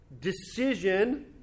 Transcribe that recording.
decision